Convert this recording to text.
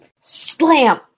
slam